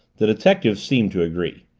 the detective seemed to agree.